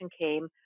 came